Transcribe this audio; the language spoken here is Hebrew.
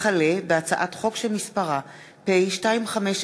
הצעת חוק שכר מינימום